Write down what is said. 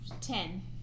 ten